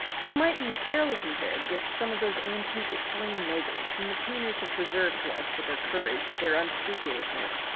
he might be fairly compared with some of those antique italian nobles whom the painters have preserved to us with their courage, their unscrupulousness,